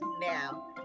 now